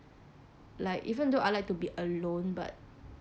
like even though I like to be alone but